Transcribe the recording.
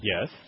Yes